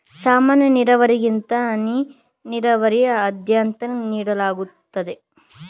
ಸಾಮಾನ್ಯ ನೀರಾವರಿಗಿಂತ ಹನಿ ನೀರಾವರಿಗೆ ಆದ್ಯತೆ ನೀಡಲಾಗುತ್ತದೆ